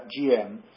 GM